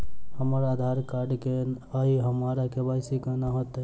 हमरा आधार कार्ड नै अई हम्मर के.वाई.सी कोना हैत?